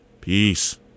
Peace